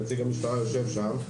נציג המשטרה יושב שם.